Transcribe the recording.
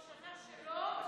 בשנה שלו או,